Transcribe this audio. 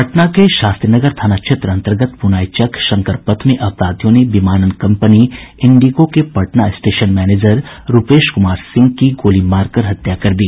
पटना के शास्त्रीनगर थाना क्षेत्र अन्तर्गत प्रनाईचक शंकर पथ में अपराधियों ने विमानन कम्पनी इंडिगो के पटना स्टेशन मैनेजर रूपेश कुमार सिंह की गोली मार कर हत्या कर दी